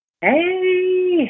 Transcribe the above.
Hey